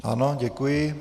Ano, děkuji.